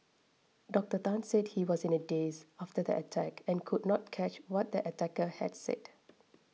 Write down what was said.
Doctor Tan said he was in a daze after the attack and could not catch what the attacker had said